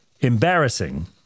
embarrassing